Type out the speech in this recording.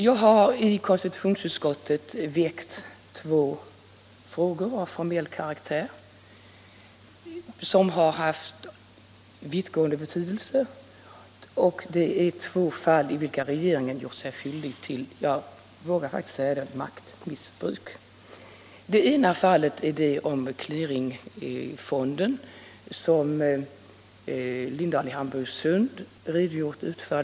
Jag har i konstitutionsutskottet tagit upp två frågor av formell karaktär som haft vittgående betydelse. Det är två fall i vilka regeringen gjort sig skyldig till, jag vågar faktiskt säga, maktmissbruk. Det ena fallet gäller clearingfonden, som herr Lindahl i Hamburgsund utförligt redogjort för.